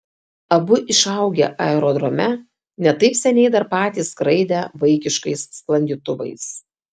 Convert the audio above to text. abu išaugę aerodrome ne taip seniai dar patys skraidę vaikiškais sklandytuvais